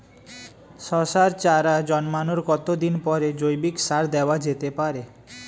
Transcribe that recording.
শশার চারা জন্মানোর কতদিন পরে জৈবিক সার দেওয়া যেতে পারে?